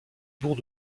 bourg